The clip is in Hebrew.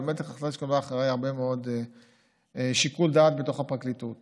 זו באמת החלטה שהתקבלה אחרי הרבה מאוד שיקול דעת בתוך הפרקליטות.